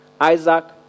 Isaac